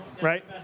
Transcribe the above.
Right